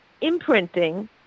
imprinting